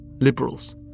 liberals